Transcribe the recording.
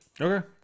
Okay